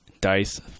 dice